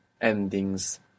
endings